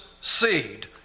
seed